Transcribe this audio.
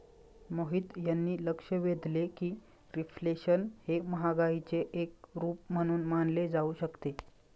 मोहित यांनी लक्ष वेधले की रिफ्लेशन हे महागाईचे एक रूप म्हणून मानले जाऊ शकते